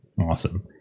awesome